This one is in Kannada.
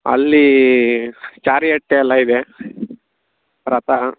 ಅಲ್ಲಿ ಚಾರಿಯಟ್ಟೆ ಎಲ್ಲ ಇದೆ ರಥ